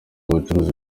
bucuruzi